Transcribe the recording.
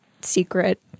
secret